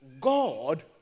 God